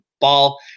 ball